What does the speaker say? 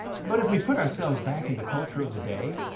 but if we put ourselves back in the culture of the day,